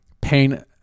pain